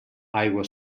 aigua